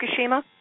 Fukushima